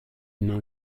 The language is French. nom